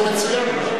זה מצוין.